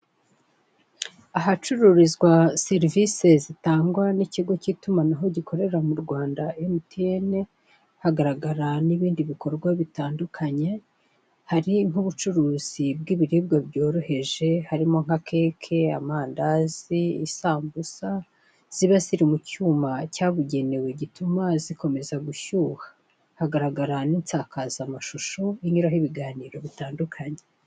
Ahacururizwa serivisi zitangwa n'ikigo cy'itumanaho gikorera mu Rwanda emutiyeni, hagaragara n'ibindi bikorwa bitandukanye hari nk'ubucuruzi bw'ibiribwa byoroheje, harimo nka keke amandazi isambusa ziba ziri mu cyuma cyabugenewe gituma zikomeza gushyuha, hagaragara n'insakazamashusho inyuraho ibiganiro bitandukanye